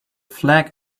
flag